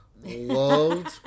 loved